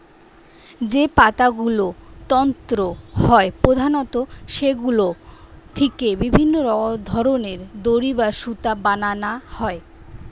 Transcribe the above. যে পাতাগুলো তন্তু হয় প্রধানত সেগুলো থিকে বিভিন্ন ধরনের দড়ি বা সুতো বানানা হয়